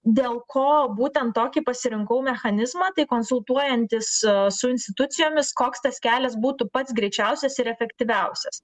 dėl ko būtent tokį pasirinkau mechanizmą tai konsultuojantis su institucijomis koks tas kelias būtų pats greičiausias ir efektyviausias